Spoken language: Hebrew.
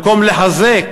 במקום לחזק